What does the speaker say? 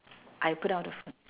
I put down the phone